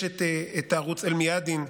יש את ערוץ אל-מיאדין,